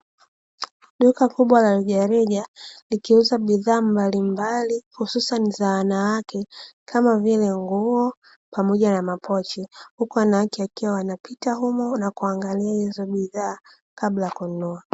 Duka kubwa la rejareja likiuza bidhaa mbalimbali hususani za wanawake kama vile nguo pamoja na mapochi, huku wanawake wakiwa wanapita humo na kuangalia hizo bidhaa kabla ya kununua.